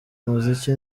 umuziki